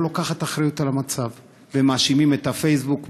לוקחים אחריות למצב ומאשימים את פייסבוק,